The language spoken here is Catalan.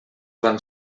van